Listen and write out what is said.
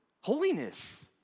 Holiness